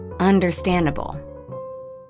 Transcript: understandable